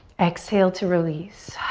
exhale to release.